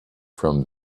from